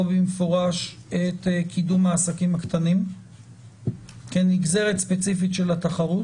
במפורש את קידום העסקים הקטנים כנגזרת ספציפית מהתחרות?